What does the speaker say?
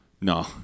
no